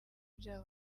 byabo